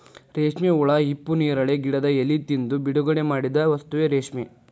ರೇಶ್ಮೆ ಹುಳಾ ಹಿಪ್ಪುನೇರಳೆ ಗಿಡದ ಎಲಿ ತಿಂದು ಬಿಡುಗಡಿಮಾಡಿದ ವಸ್ತುವೇ ರೇಶ್ಮೆ